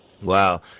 Wow